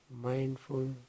mindful